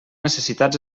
necessitats